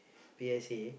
P_S_A